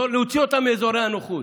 להוציא אותם מאזורי הנוחות.